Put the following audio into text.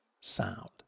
sound